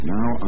Now